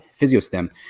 PhysioStem